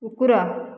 କୁକୁର